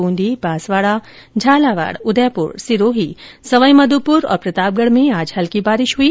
ब्रंदी बांसवाड़ा झालावाड़ उदयपुर सिरोही सवाई माधोपुर और प्रतापगढ़ में आज हल्की बारिश हुई